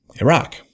Iraq